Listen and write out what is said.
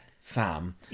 Sam